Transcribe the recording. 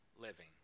living